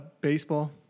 baseball